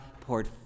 poured